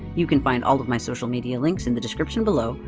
you can find all of my social media links in the description below,